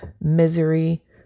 misery